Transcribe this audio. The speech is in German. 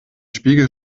spiegel